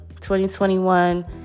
2021